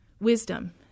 wisdom